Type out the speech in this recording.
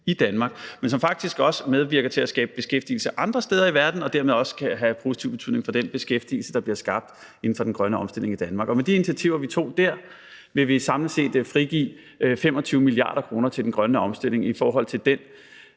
i Danmark, men som faktisk også medvirker til at skabe beskæftigelse andre steder i verden og dermed også kan have positiv betydning for den beskæftigelse, der bliver skabt inden for den grønne omstilling i Danmark. Og med de initiativer, vi tog dér, vil vi samlet set frigive 25 mia. kr. til den grønne omstilling og til